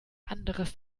anderes